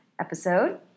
episode